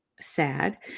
sad